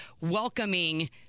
welcoming